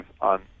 on